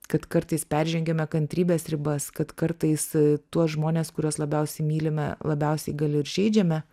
kad kartais peržengiame kantrybės ribas kad kartais tuos žmones kuriuos labiausiai mylime labiausiai gal ir žeidžiame